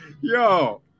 yo